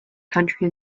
country